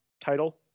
title